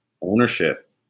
ownership